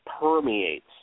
permeates